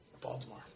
Baltimore